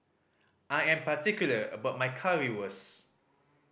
I am particular about my Currywurst